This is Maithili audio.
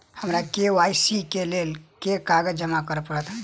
हमरा के.वाई.सी केँ लेल केँ कागज जमा करऽ पड़त?